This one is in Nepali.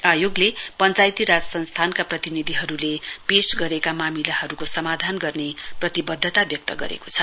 आयोगले पश्चायती राज संस्थानका प्रतिनिधिहरूले प्रस्तुत गरेका मामिलाहरूको समाधान ग्रने प्रतिबद्धता व्यक्त गरेको छ